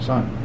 Son